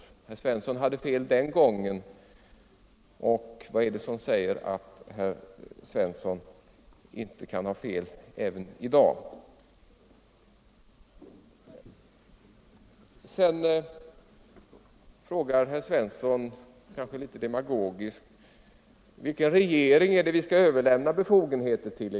Herr Svensson hade fel den gången. Vad är det som säger att herr Svensson inte kan ha fel även i dag? Herr Svensson frågar, något demagogiskt, vilken regering som Sverige skall överlämna befogenheter till.